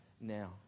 now